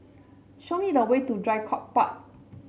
show me the way to Draycott Park